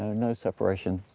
ah no separation,